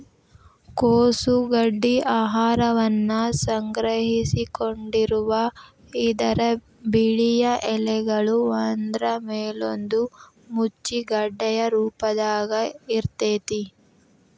ಕೋಸು ಗಡ್ಡಿ ಆಹಾರವನ್ನ ಸಂಗ್ರಹಿಸಿಕೊಂಡಿರುವ ಇದರ ಬಿಳಿಯ ಎಲೆಗಳು ಒಂದ್ರಮೇಲೊಂದು ಮುಚ್ಚಿ ಗೆಡ್ಡೆಯ ರೂಪದಾಗ ಇರ್ತೇತಿ